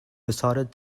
decided